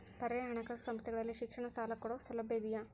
ಪರ್ಯಾಯ ಹಣಕಾಸು ಸಂಸ್ಥೆಗಳಲ್ಲಿ ಶಿಕ್ಷಣ ಸಾಲ ಕೊಡೋ ಸೌಲಭ್ಯ ಇದಿಯಾ?